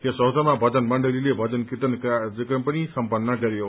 यस अवसरमा भजन मण्डलीले भजन कृतन कार्यक्रम पनि सम्न्न गरयो